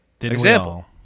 example